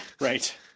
right